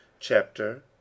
Chapter